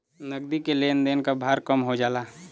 नगदी के लेन देन क भार कम हो जाला